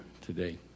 today